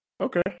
okay